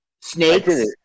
Snakes